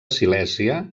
silèsia